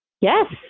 Yes